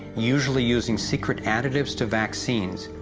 usually using secret additives to vaccines,